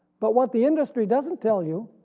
but what the industry doesn't tell you